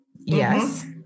Yes